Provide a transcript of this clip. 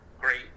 great